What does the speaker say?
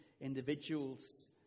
individuals